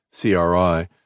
CRI